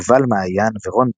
יובל מעיין ורון ביטון,